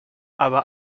aber